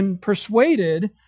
persuaded